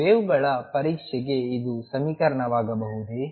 ವೇವ್ಗಳ ಪರೀಕ್ಷೆಗೆ ಇದು ಸಮೀಕರಣವಾಗಬಹುದೇ